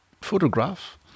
photograph